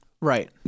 Right